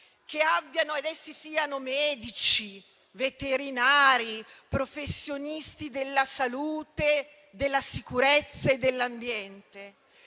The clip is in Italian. che siano essi medici, veterinari, professionisti della salute, della sicurezza e dell'ambiente.